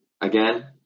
again